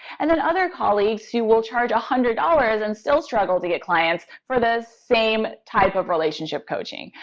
and then other colleagues who will charge a hundred dollars and still struggle to get clients for the same type of relationship coaching.